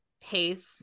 pace